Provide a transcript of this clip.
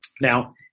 Now